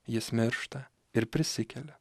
jis miršta ir prisikelia